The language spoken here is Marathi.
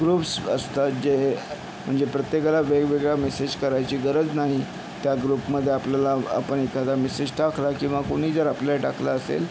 ग्रुप्स असतात जे म्हणजे प्रत्येकाला वेगवेगळा मेसेज करायची गरज नाही त्या ग्रुपमध्ये आपल्याला आपण एखादा मेसेज टाकला किंवा कुणी जर आपल्याला टाकला असेल